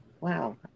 Wow